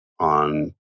on